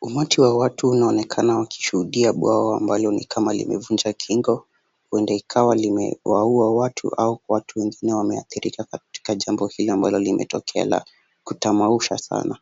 Umati wa watu unaonekana wakishuhudia bwawa ambalo ni kama limevunja kingo huenda ikawa limewaua watu au watu wengine wameathirika katika janga hili ambalo limetokea la kutamausha sana.